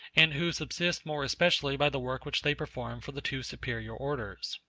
and who subsist more especially by the work which they perform for the two superior orders.